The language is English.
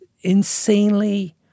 insanely